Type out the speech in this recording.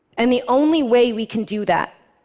and the only way we can do that,